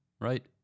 right